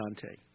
Dante